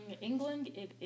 England